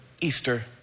Easter